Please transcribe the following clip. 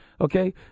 okay